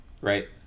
Right